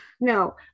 no